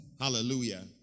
Hallelujah